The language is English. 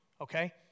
Okay